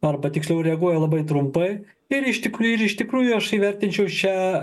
arba tiksliau reaguoja labai trumpai ir iš tikrųjų ir iš tikrųjų aš įvertinčiau šią